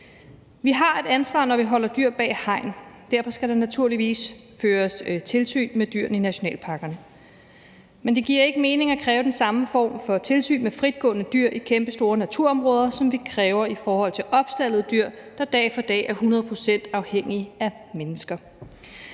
Vi har et ansvar, når vi holder dyr bag hegn. Derfor skal der naturligvis føres tilsyn med dyrene i naturnationalparkerne, men det giver ikke mening at kræve den samme form for tilsyn med fritgående dyr i kæmpestore naturområder, som vi kræver i forhold til opstaldede dyr, der dag for dag er hundrede procent afhængige af mennesker.